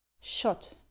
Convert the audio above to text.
shot